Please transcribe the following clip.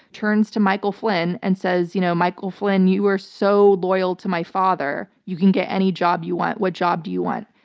turns to michael flynn and says, you know, michael flynn, you are so loyal to my father. you can get any job you want. what job do you want?